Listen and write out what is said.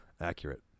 accurate